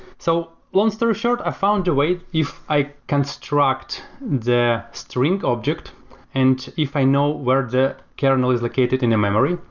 so long story short, i found a way, if i construct the string object and if i know where the kernel is located in a memory,